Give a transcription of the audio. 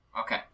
Okay